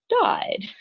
died